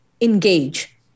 engage